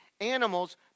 animals